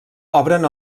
obren